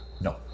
No